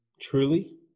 truly